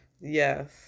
Yes